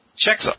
checks